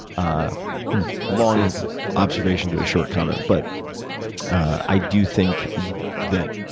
ah long observation to a short comment but i do think that,